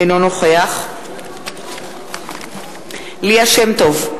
אינו נוכח ליה שמטוב,